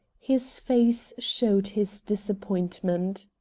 his face showed his disappointment.